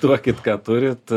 duokit ką turit